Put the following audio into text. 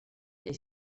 est